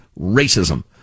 racism